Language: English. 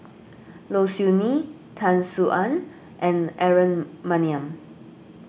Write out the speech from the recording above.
Low Siew Nghee Tan Sin Aun and Aaron Maniam